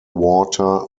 water